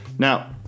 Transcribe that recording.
Now